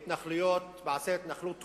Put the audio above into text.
מעשה ההתנחלות הוכפל,